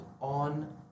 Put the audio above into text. on